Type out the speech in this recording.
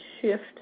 shift